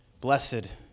Blessed